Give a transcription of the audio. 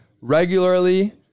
regularly